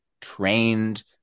trained